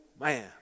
man